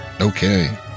Okay